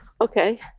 Okay